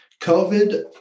COVID